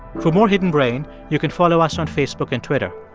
for more hidden brain, you can follow us on facebook and twitter.